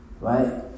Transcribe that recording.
right